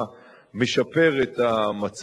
שלצערנו איננו מאפשר הטמנה של מכל האתילן בנמל.